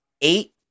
eight